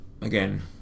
again